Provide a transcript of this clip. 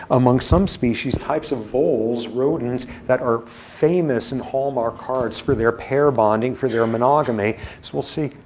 among some species, types of voles, rodents, that are famous in hallmark cards for their pair bonding, for their monogamy. as we'll see,